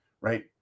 right